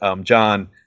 John